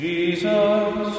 Jesus